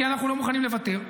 כי אנחנו לא מוכנים לוותר.